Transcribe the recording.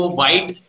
white